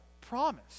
promise